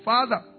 Father